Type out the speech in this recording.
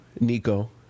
Nico